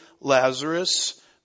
Lazarus